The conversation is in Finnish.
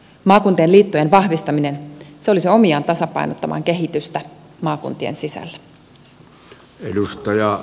maakuntien liittojen vahvistaminen se olisi omiaan tasapainottamaan kehitystä maakuntien sisällä